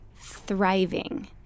thriving